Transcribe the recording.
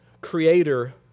creator